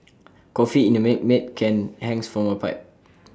coffee in A Milkmaid can hangs from A pipe